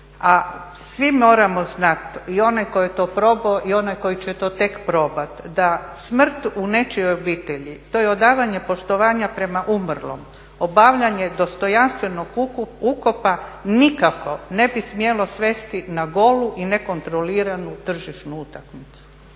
A svi moramo znat, i onaj koji je to probao i onaj koji će to tek probati da smrt u nečijoj obitelji to je odavanje poštovanja prema umrlom, obavljanje dostojanstvenog ukopa nikako ne bi smjelo svesti na golu i nekontroliranu tržišnu utakmicu.